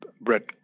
Brett